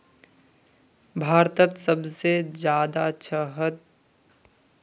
भारतत सबसे जादा शहद कुंठिन इस्तेमाल ह छे